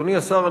אדוני השר,